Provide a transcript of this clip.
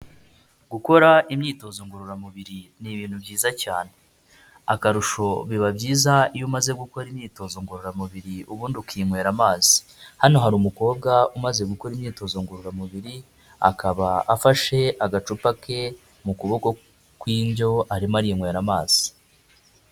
Gukora imyitozo ngororamubiri ni ibintu byiza cyane, akarusho biba byiza iyo umaze gukora imyitozo ngororamubiri ubundi ukinywera amazi, hano hari umukobwa umaze gukora imyitozo ngororamubiri akaba afashe agacupa ke mu kuboko kw'indyo, arimo arinywera amazi.